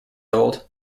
old